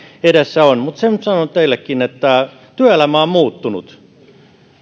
edessä on mutta sen nyt sanon teillekin että työelämä on muuttunut